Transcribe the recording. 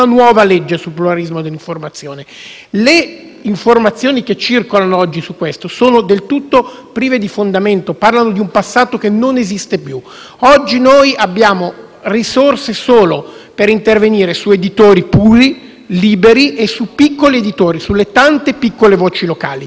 Le informazioni che oggi circolano su questo sono del tutto prive di fondamento, parlano di un passato che non esiste più. Oggi noi abbiamo risorse solo per intervenire su editori puri, liberi e su piccoli editori, sulle tante piccole voci locali. Spero, allora, che, per fare